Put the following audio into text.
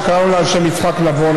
שקראנו לה על שם יצחק נבון,